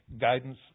guidance